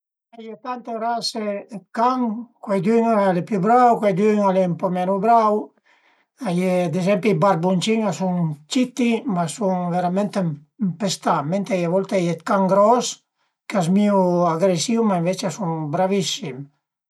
A ie tante rase dë can, cuaidüna al e pi brau, cuaidüna al e ën po menu brau, a ie ad ezempi i barbuncin a sun citti, ma a sun verament ëmpestà, mentre a volte a ie dë can gros ch'a zmìu agresìu, ma ënvecce a sun bravissim